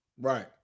Right